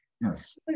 Yes